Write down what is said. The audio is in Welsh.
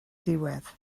diwedd